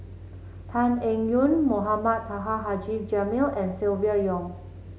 Tan Eng Yoon Mohamed Taha Haji Jamil and Silvia Yong